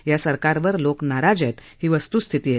या सरकारवर लोक नाराज आहेत ही वस्त्स्थिती आहे